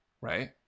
right